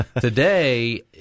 Today